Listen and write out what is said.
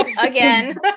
again